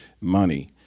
money